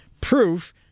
proof